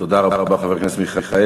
תודה רבה, חבר הכנסת מיכאלי.